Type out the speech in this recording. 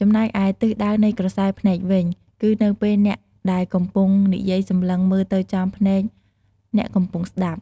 ចំណែកឯ ទិសដៅនៃក្រសែភ្នែកវិញ គឺនៅពេលអ្នកដែលកំពុងនិយាយសម្លឹងមើលទៅចំភ្នែកអ្នកកំពុងស្តាប់។